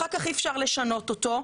אחר כך אי אפשר לשנות אותו,